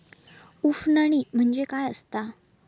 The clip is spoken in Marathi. उफणणी म्हणजे काय असतां?